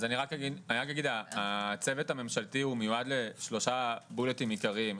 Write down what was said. אז אני רק אגיד שהצוות הממשלתי מיועד לשלושה נושאים עיקריים.